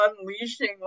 unleashing